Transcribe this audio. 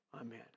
Amen